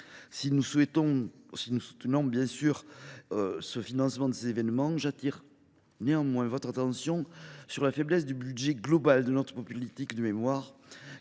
Si nous soutenons bien évidemment le financement de ces événements, j’attire votre attention sur la faiblesse du budget global de notre politique de mémoire,